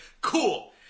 cool